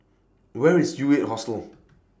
Where IS U eight Hostel